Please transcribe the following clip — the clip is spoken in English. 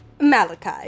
Malachi